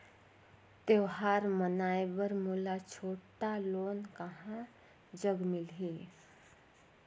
त्योहार मनाए बर मोला छोटा लोन कहां जग मिलही?